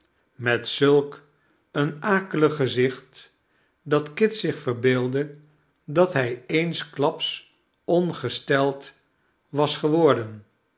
met zulk een akelig gezicht dat kit zich verbeeldde dat hij eensklaps ongesteld was ge